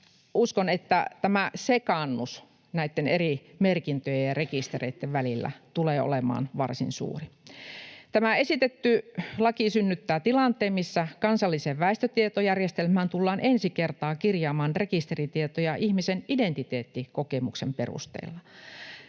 uskon, että tämä sekaannus näitten eri merkintöjen ja rekistereitten välillä tulee olemaan varsin suuri. Tämä esitetty laki synnyttää tilanteen, missä kansalliseen väestötietojärjestelmään tullaan ensi kertaa kirjaamaan rekisteritietoja ihmisen identiteettikokemuksen perusteella.